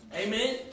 Amen